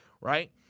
right